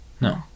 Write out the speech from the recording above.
No